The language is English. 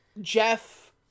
Jeff